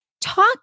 talk